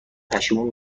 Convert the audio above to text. پشیمون